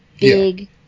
Big